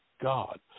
God